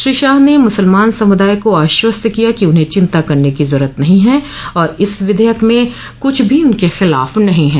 श्री शाह ने मुसलमान समुदाय को आश्वस्त किया कि उन्हें चिंता करने की जरूरत नहीं है और इस विधेयक में कुछ भी उनके खिलाफ नहीं है